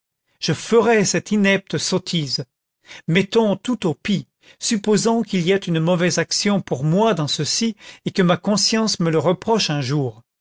je ferais cette inepte sottise mettons tout au pis supposons qu'il y ait une mauvaise action pour moi dans ceci et que ma conscience me la reproche un jour